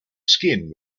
skin